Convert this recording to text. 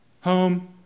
home